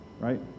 right